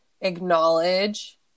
acknowledge